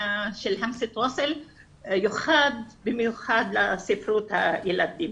של "המזת וסל" (חוליה מקשרת)יוחד במיוחד לספרות הילדים.